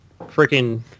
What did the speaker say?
freaking